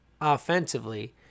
offensively